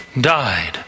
died